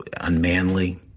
unmanly